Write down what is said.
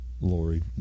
Lori